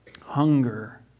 hunger